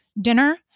dinner